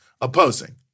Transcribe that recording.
opposing